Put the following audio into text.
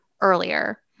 earlier